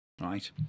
right